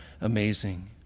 amazing